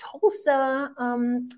Tulsa